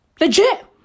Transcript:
Legit